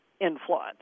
influence